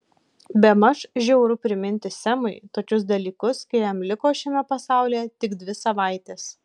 bemaž žiauru priminti semui tokius dalykus kai jam liko šiame pasaulyje tik dvi savaitės